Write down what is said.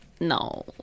no